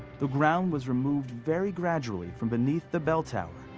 the ground was removed very gradually from beneath the bell tower.